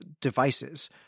devices